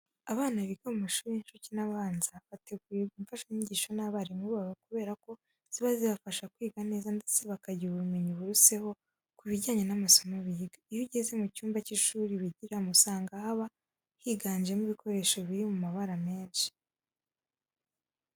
Abana biga mu mashuri y'incuke n'abanza bategurirwa imfashanyigisho n'abarimu babo kubera ko ziba zizabafasha kwiga neza ndetse bakagira ubumenyi buruseho ku bijyanye n'amasomo biga. Iyo ugeze mu cyumba cy'ishuri bigiramo usanga haba higanjemo ibikoresho biri mu mabara menshi.